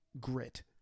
grit